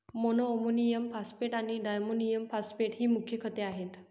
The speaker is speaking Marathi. मोनोअमोनियम फॉस्फेट आणि डायमोनियम फॉस्फेट ही मुख्य खते आहेत